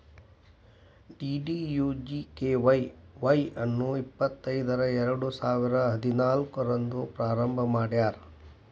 DDUGKY Y ಅನ್ನು ಇಪ್ಪತೈದರ ಎರಡುಸಾವಿರ ಹದಿನಾಲ್ಕು ರಂದ್ ಪ್ರಾರಂಭ ಮಾಡ್ಯಾರ್